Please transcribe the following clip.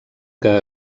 que